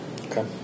Okay